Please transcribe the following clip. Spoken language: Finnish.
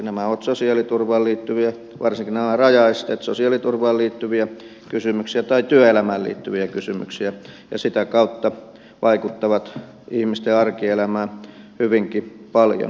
nämä ovat varsinkin nämä rajaesteet sosiaaliturvaan liittyviä kysymyksiä tai työelämään liittyviä kysymyksiä ja sitä kautta vaikuttavat ihmisten arkielämään hyvinkin paljon